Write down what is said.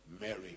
Mary